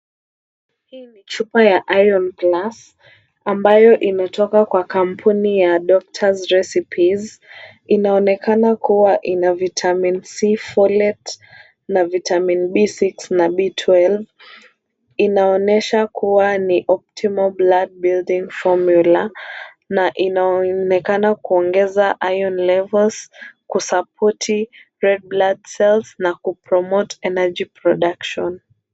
Hii ni chupa ya Iron Plus, ambayo imetoka kwa kampuni ya Doctor's Recipes. Inaonekana kuwa ina vitamin C falten na Vitamin B6 na B12 . Inaonyesha kuwa ni optimum blood building formula na inaonekana kuongeza iron levels, kusupport red blood cells na kupromote energy production .